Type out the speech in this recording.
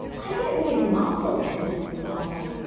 i'd get meghan markle to come and style me,